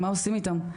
מה עושים איתם?